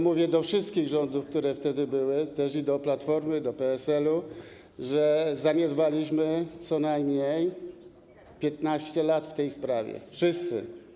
Mówię do wszystkich rządów, które wtedy były, też do Platformy i PSL-u, że zaniedbaliśmy co najmniej 15 lat w tej sprawie, wszyscy.